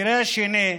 המקרה השני,